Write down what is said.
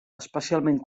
especialment